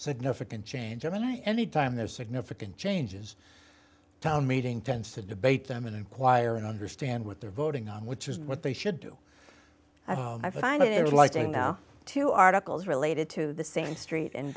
significant change i mean any time there's significant changes town meeting tends to debate them and enquire and understand what they're voting on which is what they should do i find it like a now two articles related to the same street and